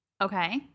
Okay